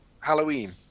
halloween